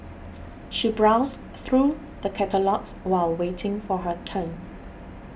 she browsed through the catalogues while waiting for her turn